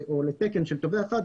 לתקן של תובע אחד,